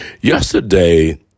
Yesterday